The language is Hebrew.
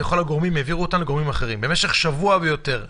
וכל הגורמים העבירו אותנו לגורמים אחרים במשך שבוע ויותר.